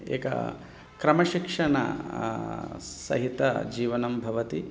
एकं क्रमशिक्षणेन सहितजीवनं भवति